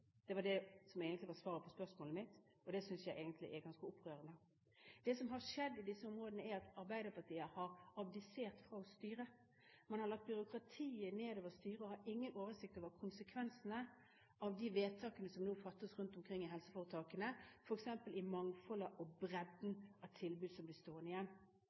Det var det som egentlig var svaret på spørsmålet mitt, og det synes jeg er ganske opprørende. Det som har skjedd på disse områdene, er at Arbeiderpartiet har abdisert fra å styre. Man har latt byråkratiet nedover styre og har ingen oversikt over konsekvensene av de vedtakene som nå fattes rundt omkring i helseforetakene, f.eks. om mangfoldet i og bredden i tilbudene som blir stående igjen.